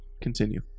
continue